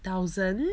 thousand